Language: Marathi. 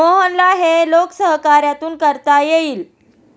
मोहनला हे लोकसहकार्यातून करता येईल